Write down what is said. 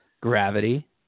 Gravity